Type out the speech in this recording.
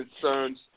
concerns